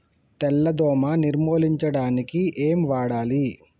తెల్ల దోమ నిర్ములించడానికి ఏం వాడాలి?